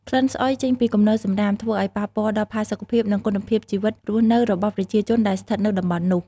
ក្លិនស្អុយចេញពីគំនរសំរាម ធ្វើឲ្យប៉ះពាល់ដល់ផាសុខភាព និងគុណភាពជីវិតរស់នៅរបស់ប្រជាជនដែលស្ថិតនៅតំបន់នោះ។